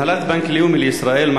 הנהלת בנק לאומי לישראל,